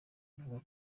bavuga